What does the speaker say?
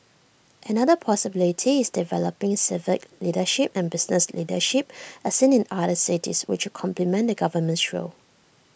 another possibility is developing civic leadership and business leadership as seen in other cities which could complement the government's role